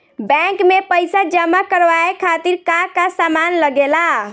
Bank में पईसा जमा करवाये खातिर का का सामान लगेला?